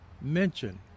mention